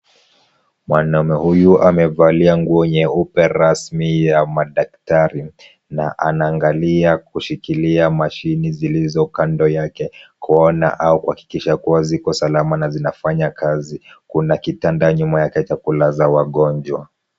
Mwanamume huyu amevalia nguo nyeupe rasmi ya madaktari, na anaangalia kushikilia mashini zilizo kando yake kuona au kuhakikisha kuwa ziko salama na zinafanya kazi, kuna kitanda nyuma yake cha kulaza wagonjwa.